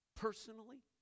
Personally